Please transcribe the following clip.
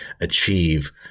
achieve